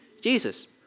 Jesus